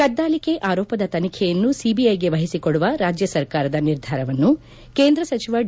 ಕದ್ಗಾಲಿಕೆ ಆರೋಪದ ತನಿಖೆಯನ್ನು ಸಿಬಿಐಗೆ ವಹಿಸಿಕೊಡುವ ರಾಜ್ಯ ಸರ್ಕಾರದ ನಿರ್ಧಾರವನ್ನು ಕೇಂದ್ರ ಸಚಿವ ಡಿ